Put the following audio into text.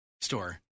store